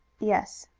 yes.